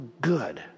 good